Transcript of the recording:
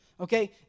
Okay